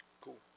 Cool